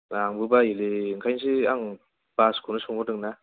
आंबो बायोलै ओंखायनोसो आं बासखौनो सोंहरदों ना